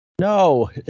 no